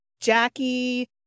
Jackie